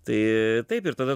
tai taip ir tada